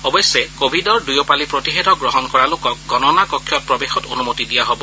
অৱশ্যে কোভিডৰ দুয়ো পালি প্ৰতিষেধক গ্ৰহণ কৰা লোকক গণনা কক্ষত প্ৰৱেশত অনুমতি দিয়া হ'ব